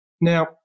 Now